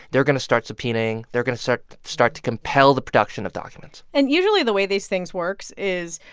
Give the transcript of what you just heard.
they're going to start subpoenaing. they're going to start start to compel the production of documents and usually, the way these things works is,